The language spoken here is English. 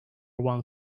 one